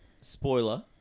Spoiler